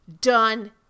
done